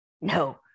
No